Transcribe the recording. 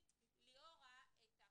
לצורך העניין,